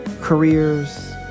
careers